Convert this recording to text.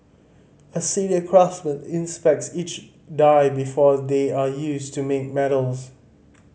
a senior craftsman inspects each die before they are used to make medals